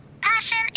Passion